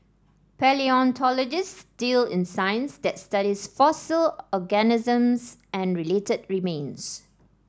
palaeontologists deal in science that studies fossil organisms and related remains